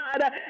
God